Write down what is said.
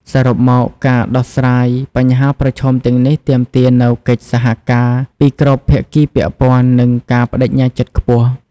សរុបមក ការដោះស្រាយបញ្ហាប្រឈមទាំងនេះទាមទារនូវកិច្ចសហការពីគ្រប់ភាគីពាក់ព័ន្ធ និងការប្តេជ្ញាចិត្តខ្ពស់។